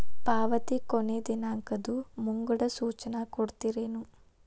ಪಾವತಿ ಕೊನೆ ದಿನಾಂಕದ್ದು ಮುಂಗಡ ಸೂಚನಾ ಕೊಡ್ತೇರೇನು?